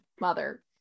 Mother